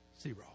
Zero